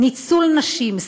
ניצול נשים,